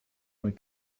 mal